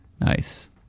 nice